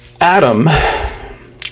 Adam